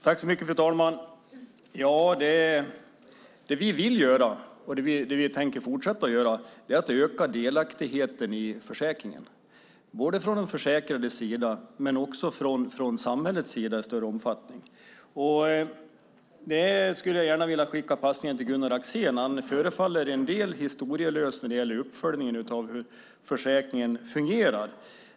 Fru talman! Det vi vill göra och tänker fortsätta att göra är att öka delaktigheten i försäkringen från de försäkrades sida men också från samhällets sida i större omfattning. Den passningen skulle jag gärna vilja skicka till Gunnar Axén. Han förefaller till en del historielös när det gäller uppföljningen av hur försäkringen fungerat.